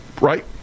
Right